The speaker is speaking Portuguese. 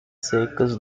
secas